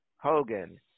Hogan